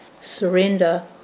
surrender